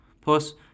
Plus